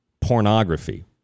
pornography